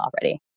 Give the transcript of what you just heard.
already